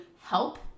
help